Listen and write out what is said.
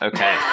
Okay